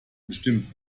bestimmt